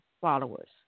followers